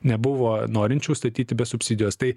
nebuvo norinčių statyti be subsidijos tai